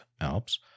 Alps